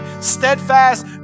steadfast